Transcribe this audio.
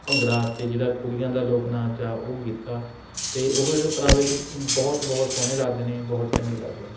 ਭੰਗੜਾ ਅਤੇ ਜਿਹੜਾ ਕੁੜੀਆਂ ਦਾ ਲੋਕ ਨਾਚ ਆ ਉਹ ਗਿੱਧਾ ਅਤੇ ਉਹ ਇਹ ਪਹਿਰਾਵੇ 'ਚ ਬਹੁਤ ਬਹੁਤ ਸੋਹਣੇ ਲੱਗਦੇ ਨੇ ਬਹੁਤ ਚੰਗੇ ਲੱਗਦੇ ਨੇ